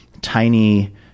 tiny